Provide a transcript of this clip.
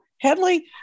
Headley